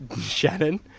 Shannon